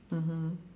mmhmm